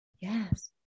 yes